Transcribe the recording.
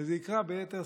וזה יקרה ביתר שאת,